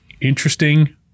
interesting